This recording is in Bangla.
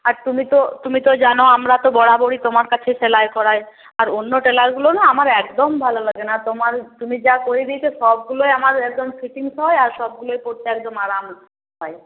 আর তুমি তো তুমি তো জানো আমরা তো বরাবরই তোমার কাছে সেলাই করাই আর অন্য টেলারগুলো না আমার একদম ভালো লাগে না আর তোমার তুমি যা করে দিয়েছো সবগুলোই আমার একদম ফিটিংস হয় আর সবগুলোই পরতে একদম আরাম হয়